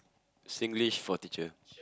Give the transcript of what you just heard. Singlish for teacher